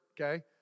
okay